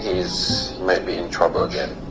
he's might be in trouble again